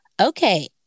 Okay